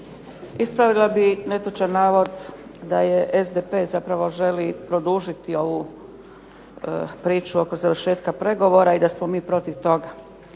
Ispravila bih netočan navod da je SDP zapravo želi produžiti ovu priču oko završetka pregovora i da smo mi protiv toga.